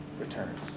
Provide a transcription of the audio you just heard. returns